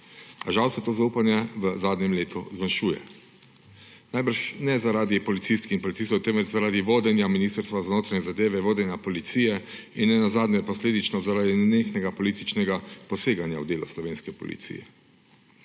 žal se to zaupanje v zadnjem letu zmanjšuje. Najbrž ne zaradi policistk in policistov, temveč zaradi vodenja Ministrstva za notranje zadeve, vodenja policije in nenazadnje posledično zaradi nenehnega političnega poseganja v delo slovenske policije.